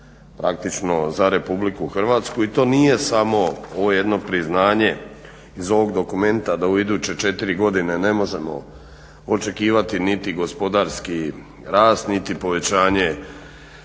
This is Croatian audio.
praktično za RH i to nije samo ovo jedno priznanje iz ovog dokumenta da u iduće 4 godine ne možemo očekivati niti gospodarski rast niti povećanje